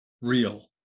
real